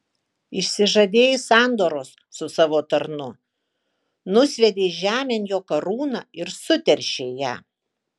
išsižadėjai sandoros su savo tarnu nusviedei žemėn jo karūną ir suteršei ją